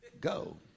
go